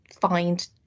find